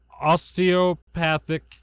osteopathic